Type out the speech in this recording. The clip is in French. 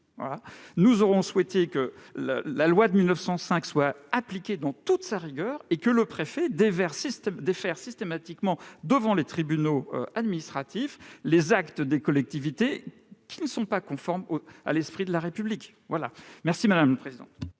nous aurions préféré que la loi de 1905 soit appliquée dans toute sa rigueur et que le préfet défère systématiquement devant les tribunaux administratifs les actes des collectivités qui ne sont pas conformes à l'esprit de la République. La parole est